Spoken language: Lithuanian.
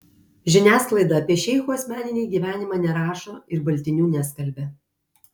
žiniasklaida apie šeichų asmeninį gyvenimą nerašo ir baltinių neskalbia